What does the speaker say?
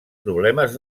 problemes